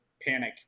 panic